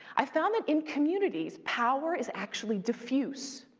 i found that in communities, power is actually diffuse.